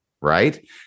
right